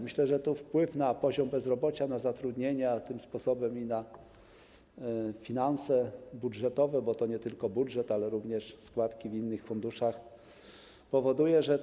Myślę, że wpływ na poziom bezrobocia, na zatrudnienie, a tym sposobem i na finanse budżetowe - bo to nie tylko budżet, ale również składki w innych funduszach - powoduje, że.